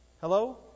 hello